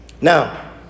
Now